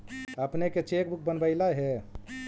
अपने के cheque book बनवइला हे